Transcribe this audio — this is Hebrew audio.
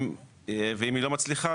ואם היא לא מצליחה,